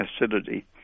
acidity